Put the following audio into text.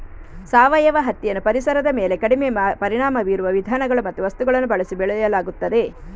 ಸಾವಯವ ಹತ್ತಿಯನ್ನು ಪರಿಸರದ ಮೇಲೆ ಕಡಿಮೆ ಪರಿಣಾಮ ಬೀರುವ ವಿಧಾನಗಳು ಮತ್ತು ವಸ್ತುಗಳನ್ನು ಬಳಸಿ ಬೆಳೆಯಲಾಗುತ್ತದೆ